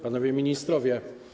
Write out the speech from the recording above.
Panowie Ministrowie!